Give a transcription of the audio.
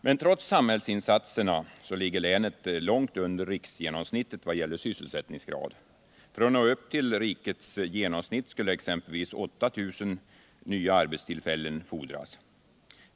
Men trots samhällsinsatserna ligger länet långt under riksgenomsnittet vad gäller sysselsättningsgrad. För att länet skall nå upp till rikets genomsnitt fordras exempelvis 8 000 nya arbetstillfällen.